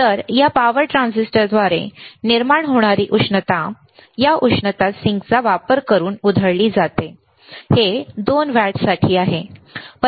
तर या पॉवर ट्रान्झिस्टरद्वारे निर्माण होणारी उष्णता या उष्णता सिंकचा वापर करून उधळली जाते हे 2 वॅट्ससाठी आहे